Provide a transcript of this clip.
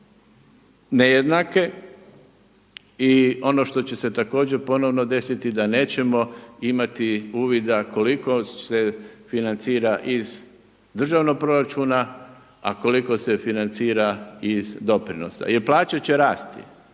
nejednake i ono što će se također ponovno desiti da nećemo imati uvida koliko se financira iz državnog proračuna, a koliko se financira iz doprinosa jer plaće će rasti.